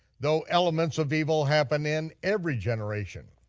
though elements of evil happen in every generation.